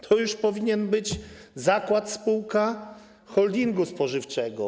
To już powinien być zakład, spółka holdingu spożywczego.